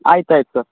ಆಯ್ತು ಆಯ್ತು ಸರ್